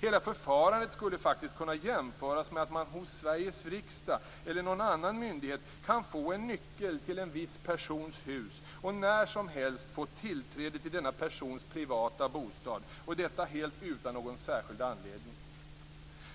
Hela förfarandet skulle faktiskt kunna jämföras med att man hos Sveriges riksdag eller någon annan myndighet kan få en nyckel till en viss persons hus och när som helst få tillträde till denna persons privata bostad, och detta helt utan någon särskild anledning.